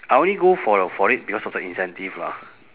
I only go for for it because of the incentive lah